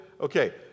Okay